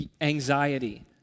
anxiety